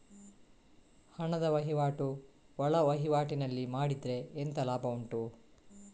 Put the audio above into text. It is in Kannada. ಹಣದ ವಹಿವಾಟು ಒಳವಹಿವಾಟಿನಲ್ಲಿ ಮಾಡಿದ್ರೆ ಎಂತ ಲಾಭ ಉಂಟು?